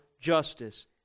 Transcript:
justice